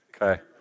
Okay